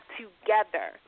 together